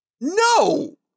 No